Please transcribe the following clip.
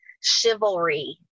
chivalry